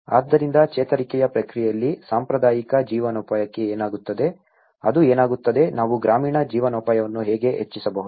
ಆದ್ದರಿಂದ ಚೇತರಿಕೆಯ ಪ್ರಕ್ರಿಯೆಯಲ್ಲಿ ಸಾಂಪ್ರದಾಯಿಕ ಜೀವನೋಪಾಯಕ್ಕೆ ಏನಾಗುತ್ತದೆ ಅದು ಏನಾಗುತ್ತದೆ ನಾವು ಗ್ರಾಮೀಣ ಜೀವನೋಪಾಯವನ್ನು ಹೇಗೆ ಹೆಚ್ಚಿಸಬಹುದು